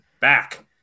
back